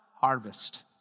Harvest